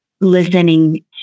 listening